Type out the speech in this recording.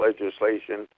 legislation